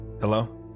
Hello